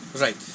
Right